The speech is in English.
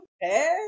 Hey